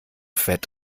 fett